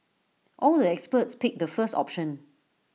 all the experts picked the first option